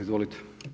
Izvolite.